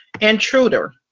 Intruder